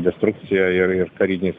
destrukcija ir ir kariniais